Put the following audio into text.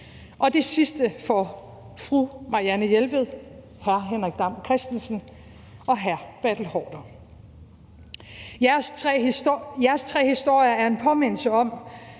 og det sidste for fru Marianne Jelved, hr. Henrik Dam Kristensen og hr. Bertel Haarder. Jeres tre historier er en påmindelse om,